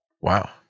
Wow